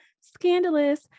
scandalous